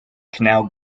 canal